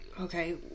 okay